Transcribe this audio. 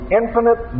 infinite